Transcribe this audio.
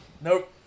Nope